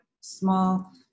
small